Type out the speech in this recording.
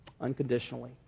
unconditionally